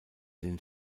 den